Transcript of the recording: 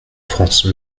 france